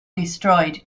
destroyed